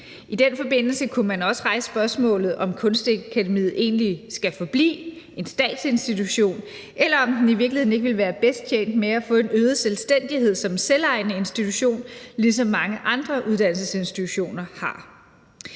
I den forbindelse kunne man også rejse spørgsmålet, om Kunstakademiet egentlig skal forblive en statsinstitution, eller om den i virkeligheden ikke vil være bedst tjent med at få en øget selvstændighed som selvejende institution, ligesom mange andre uddannelsesinstitutioner har.